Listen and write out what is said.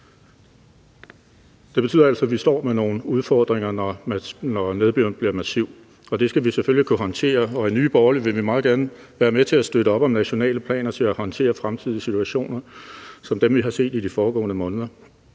Det betyder altså, at vi står med nogle udfordringer, når nedbøren bliver massiv, og det skal vi selvfølgelig kunne håndtere, og i Nye Borgerlige vil vi meget gerne være med til at støtte op om nationale planer til at håndtere fremtidige situationer som dem, vi har set i de foregående måneder.